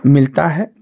मिलता है